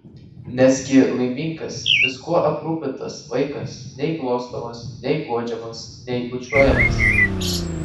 nesgi laimingas viskuo aprūpintas vaikas nei glostomas nei guodžiamas nei bučiuojamas